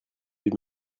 deux